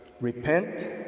Repent